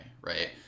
right